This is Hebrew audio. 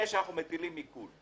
לפני שאנחנו מטילים עיקול.